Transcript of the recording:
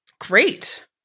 Great